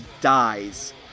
dies